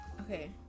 okay